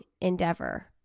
endeavor